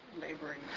Laboring